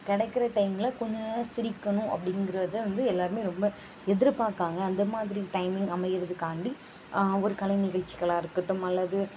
கிடைக்கிற டைம்ல கொஞ்ச நேரம் சிரிக்கணும் அப்படிங்கிறத வந்து எல்லாருமே ரொம்ப எதிர்பார்க்காங்க அந்த மாதிரி டைமிங் அமைகிறதுக்காண்டி ஒரு கலை நிகழ்ச்சிகளா இருக்கட்டும் அல்லது